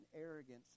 arrogance